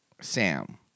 Sam